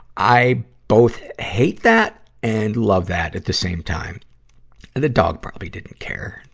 i both hate that and love that at the same time. and the dog probably didn't care.